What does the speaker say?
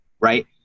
right